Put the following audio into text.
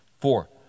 four